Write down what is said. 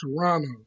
Toronto